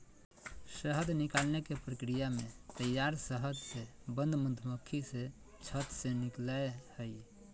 शहद निकालने के प्रक्रिया में तैयार शहद से बंद मधुमक्खी से छत्त से निकलैय हइ